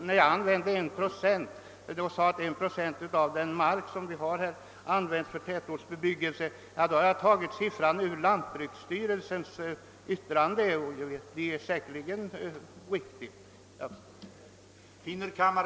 Den av mig lämnade uppgiften att 1 procent av landets yta tas i anspråk av tätortsbebyggelse har jag hämtat från lantbruksstyrelsens remissyttrande, och siffran är säkerligen riktig.